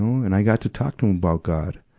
um and i got to talk to him about god.